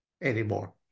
anymore